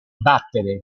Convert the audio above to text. vattene